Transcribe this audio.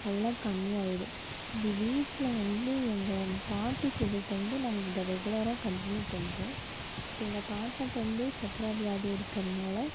நல்லா கம்மி ஆகிடும் இது வீட்டில் வந்து எங்கள் பாட்டி சொல்லி தந்து நாங்கள் இதை ரெகுலராக கண்டினியூ பண்ணுறோம் இப்போ எங்கள் தாத்தாக்கு வந்து சர்க்கரை வியாதி இருக்கிறதுனால